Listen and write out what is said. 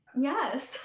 yes